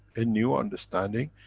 a new understanding.